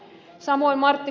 samoin ed